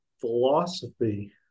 philosophy